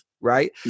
right